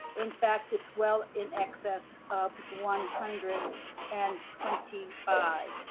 in fact, it's well in excess of one hundred and twenty five.